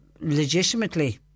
legitimately